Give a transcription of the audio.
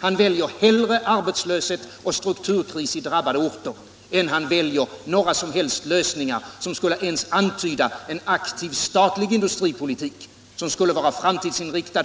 Han väljer hellre arbetslöshet och strukturkris på drabbade orter än han väljer några som helst lösningar som skulle ens antyda en aktiv statlig industripolitik, som skulle vara framtidsinriktad